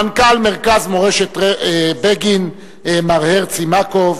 מנכ"ל מרכז מורשת בגין מר הרצי מקוב,